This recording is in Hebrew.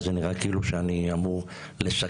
זה נראה כאילו אני אמור לסכם.